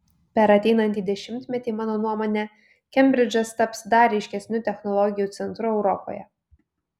per ateinantį dešimtmetį mano nuomone kembridžas taps dar ryškesniu technologijų centru europoje